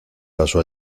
pasó